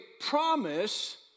promise